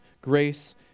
grace